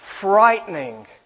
frightening